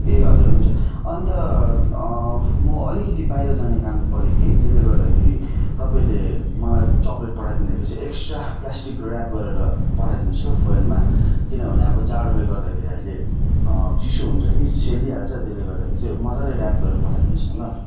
ए हजुर हुन्छ अन्त म अलिकिति बाहिर जाने काम पऱ्यो कि त्यसले गर्दाखेरि तपाईँले मलाई चक्लेट पठाइ दिँदाखेरि चाहिँ एक्सट्रा प्लास्टिक ऱ्याप गरेर पठाइदिनु होस् ल फोइलमा किनभने अब जाडोले गर्दाखेरि अहिले चिसो हुन्छ कि सेलिहाल्छ त्यसले गर्दाखेरि चाहिँ मजाले ऱ्याप गरेर पठाइदिनु होस् न ल